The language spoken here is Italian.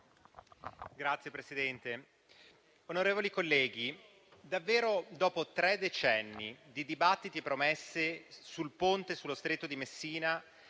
Signor Presidente, onorevoli colleghi, dopo tre decenni di dibattiti e promesse sul Ponte sullo Stretto di Messina,